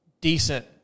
decent